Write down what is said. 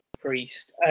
Priest